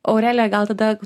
aurelija gal tada